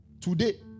Today